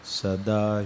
Sada